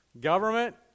Government